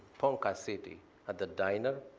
pocas city at the diner,